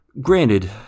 Granted